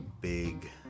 big